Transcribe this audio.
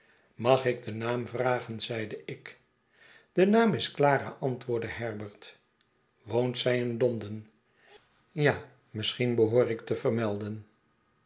mag ik den naam vragen zeide ik de naam is clara antwoordde herbert woont zij in londen ja misschien behoor ik te vermelden